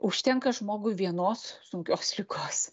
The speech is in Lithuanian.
užtenka žmogui vienos sunkios ligos